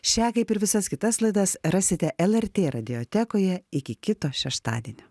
šią kaip ir visas kitas laidas rasite lrt radiotekoje iki kito šeštadienio